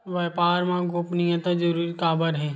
व्यापार मा गोपनीयता जरूरी काबर हे?